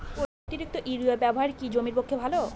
অতিরিক্ত ইউরিয়া ব্যবহার কি জমির পক্ষে ভালো?